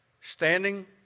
standing